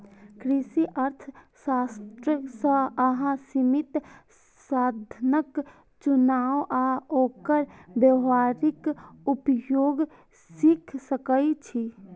कृषि अर्थशास्त्र सं अहां सीमित साधनक चुनाव आ ओकर व्यावहारिक उपयोग सीख सकै छी